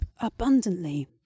abundantly